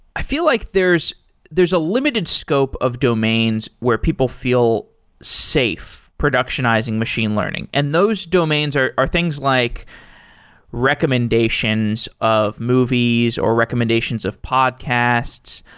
i feel like there's there's a limited scope of domains where people feel safe productionizing machine learning, and those domains are things like recommendations of movies, or recommendations of podcasts.